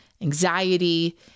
anxiety